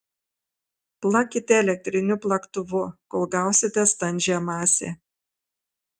plakite elektriniu plaktuvu kol gausite standžią masę